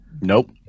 nope